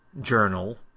journal